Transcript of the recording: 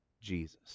Jesus